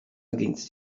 against